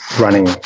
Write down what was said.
running